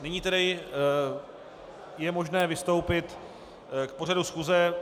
Nyní tedy je možné vystoupit k pořadu schůze.